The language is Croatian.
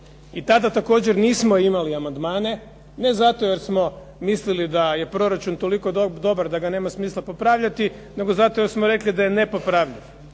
I tada također nismo imali amandmane, ne zato jer smo mislili da je proračun toliko dobar da ga nema smisla popravljati, nego zato jer smo rekli da je nepopravljiv.